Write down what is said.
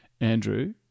Andrew